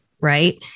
right